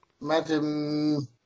Madam